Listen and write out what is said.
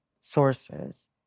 sources